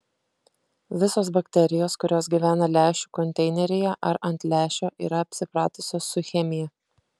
visos bakterijos kurios gyvena lęšių konteineryje ar ant lęšio yra apsipratusios su chemija